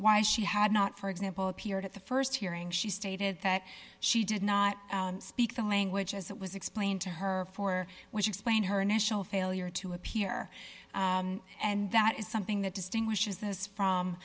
why she had not for example appeared at the st hearing she stated that she did not speak the language as it was explained to her for which explained her initial failure to appear and that is something that distinguishes this from